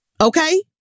Okay